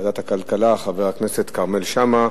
ועדת הכלכלה, חבר הכנסת כרמל שאמה,